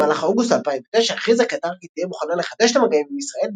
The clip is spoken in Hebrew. במהלך אוגוסט 2009 הכריזה קטר כי תהיה מוכנה לחדש עם המגעים עם ישראל,